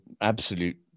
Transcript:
absolute